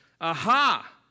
Aha